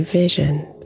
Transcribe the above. visions